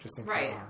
Right